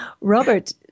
Robert